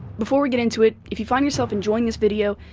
before we get into it, if you find yourself enjoying this video,